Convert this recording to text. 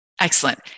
Excellent